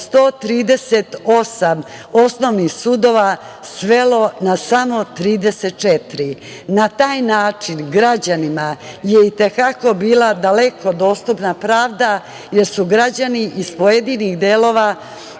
138 osnovnih sudova svelo na samo 34. Na taj način građanima je i te kako bila daleko dostupna pravda, jer su građani iz pojedinih delova